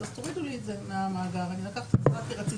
אז הוא מבקש שיורידו לו את זה מהמאגר כי הוא לקח את זה רק כי הוא רצה